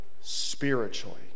spiritually